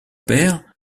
père